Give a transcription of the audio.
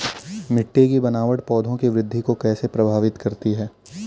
मिट्टी की बनावट पौधों की वृद्धि को कैसे प्रभावित करती है?